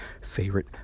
favorite